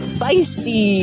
Spicy